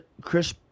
Chris